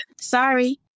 Sorry